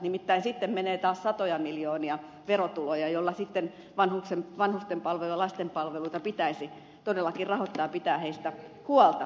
nimittäin sitten menee taas satoja miljoonia verotuloja joilla vanhusten palveluja lasten palveluita pitäisi todellakin rahoittaa ja pitää heistä huolta